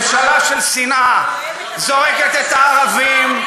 ממשלה של שנאה, אוהבת, זורקת את הערבים,